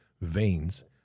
veins